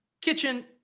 Kitchen